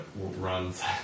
runs